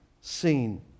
seen